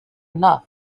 enough